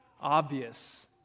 obvious